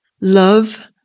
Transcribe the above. love